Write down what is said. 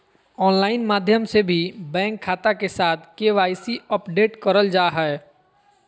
online माध्यम से भी बैंक खाता के साथ के.वाई.सी अपडेट करल जा हय